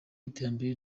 iterambere